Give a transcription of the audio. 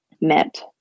met